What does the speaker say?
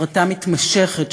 הפרטה מתמשכת,